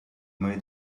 made